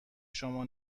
شما